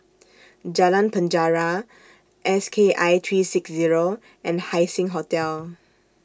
Jalan Penjara S K I three six Zero and Haising Hotel